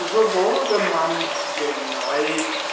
so wurde man geneigt